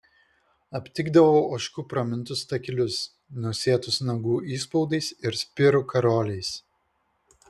aptikdavau ožkų pramintus takelius nusėtus nagų įspaudais ir spirų karoliais